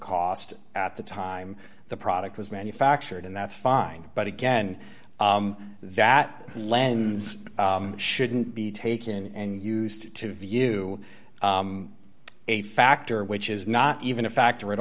cost at the time the product was manufactured and that's fine but again that lens shouldn't be taken and used to view a factor which is not even a factor at